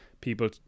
people